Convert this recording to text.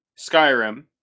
Skyrim